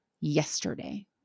yesterday